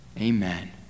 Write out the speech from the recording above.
Amen